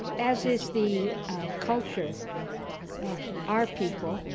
as is the culture of our people,